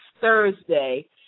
Thursday